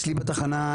אצלי בתחנה,